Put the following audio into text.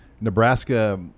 Nebraska